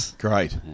Great